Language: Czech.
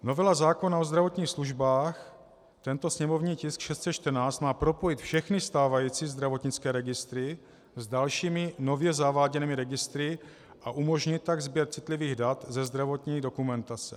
Novela zákona o zdravotních službách, tento sněmovní tisk 614, má propojit všechny stávající zdravotnické registry s dalšími, nově zaváděnými registry, a umožnit tak sběr citlivých dat ze zdravotní dokumentace.